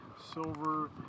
Silver